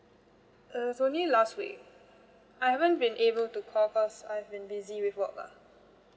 uh it's only last week I haven't been able to call us I've been busy with work lah